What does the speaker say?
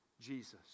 Jesus